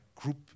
Group